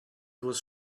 was